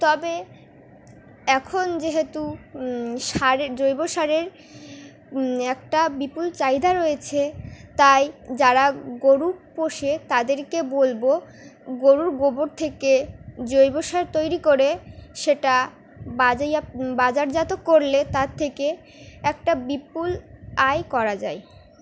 তবে এখন যেহেতু সারের জৈব সারের একটা বিপুল চাহিদা রয়েছে তাই যারা গরু পোষে তাদেরকে বলবো গরুর গোবর থেকে জৈব সার তৈরি করে সেটা বাজেয় বাজারজাত করলে তার থেকে একটা বিপুল আয় করা যায়